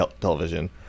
television